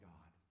God